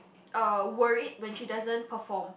uh worried when she doesn't perform